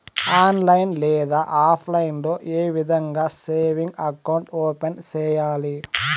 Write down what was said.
online లో లేదా offline లో ఏ విధంగా సేవింగ్ అకౌంట్ ఓపెన్ సేయాలి